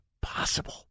possible